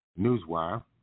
Newswire